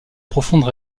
profondes